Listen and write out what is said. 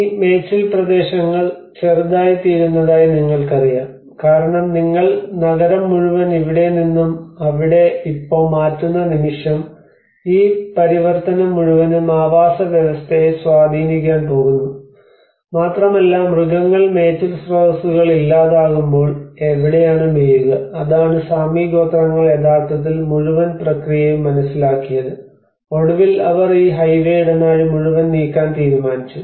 ഈ മേച്ചിൽപ്രദേശങ്ങൾ ചെറുതായിത്തീരുന്നതായി നിങ്ങൾക്കറിയാം കാരണം നിങ്ങൾ നഗരം മുഴുവൻ ഇവിടെ നിന്നും അവിടെ ഇപ്പൊ മാറ്റുന്ന നിമിഷം ഈ പരിവർത്തനം മുഴുവനും ആവാസവ്യവസ്ഥയെ സ്വാധീനിക്കാൻ പോകുന്നു മാത്രമല്ല മൃഗങ്ങൾ മേച്ചിൽ സ്രോതസ്സുകൾ ഇല്ലാതാകുമ്പോൾ എവിടെയാണത് മേയുക അതാണ് സാമി ഗോത്രങ്ങൾ യഥാർത്ഥത്തിൽ മുഴുവൻ പ്രക്രിയയും മനസിലാക്കിയത് ഒടുവിൽ അവർ ഈ ഹൈവേ ഇടനാഴി മുഴുവൻ നീക്കാൻ തീരുമാനിച്ചു